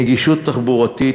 נגישות תחבורתית,